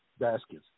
baskets